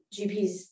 GPS